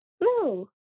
No